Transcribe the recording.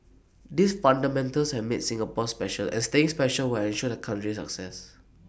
these fundamentals have made Singapore special and staying special will ensure the country's success